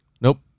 Nope